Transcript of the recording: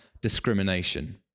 discrimination